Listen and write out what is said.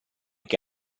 che